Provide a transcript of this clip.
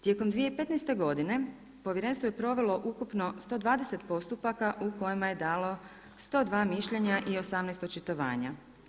Tijekom 2015. godine Povjerenstvo je provelo ukupno 120 postupaka u kojima je dalo 102 mišljenja i 18 očitovanja.